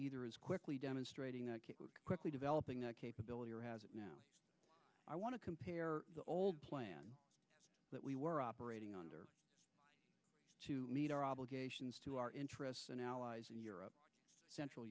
either is quickly demonstrating quickly developing that capability or has it now i want to compare the old plan that we were operating under meet our obligations to our interests and allies in europe central